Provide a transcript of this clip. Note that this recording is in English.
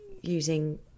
using